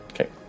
Okay